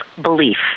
belief